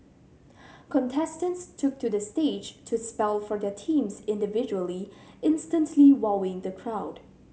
contestants took to the stage to spell for their teams individually instantly wowing the crowd